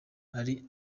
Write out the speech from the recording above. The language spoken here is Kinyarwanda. ari